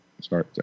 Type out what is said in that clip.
Sorry